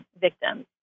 victims